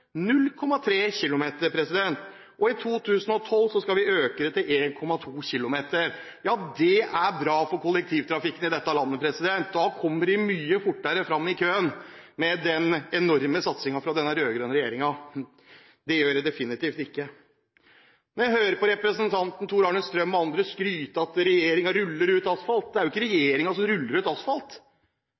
0,3 km. I 2012 skal vi øke det til 1,2 km. Ja, det er bra for kollektivtrafikken i dette landet. Da kommer vi mye fortere fram i køen med den enorme satsingen fra denne rød-grønne regjeringen. Det gjør vi definitivt ikke! Når jeg hører på representanten Tor-Arne Strøm og andre skryte av at regjeringen ruller ut asfalt – det er ikke regjeringen som ruller ut asfalt.